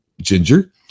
ginger